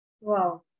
wow